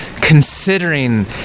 considering